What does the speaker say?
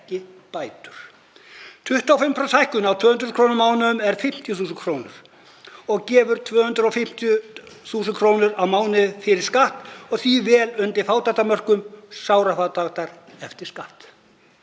200.000 kr. á mánuði er 50.000 kr., og gefur 250.000 kr. á mánuði fyrir skatt og er því vel undir fátæktarmörkum, sárafátæktar, eftir skatt.